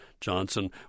Johnson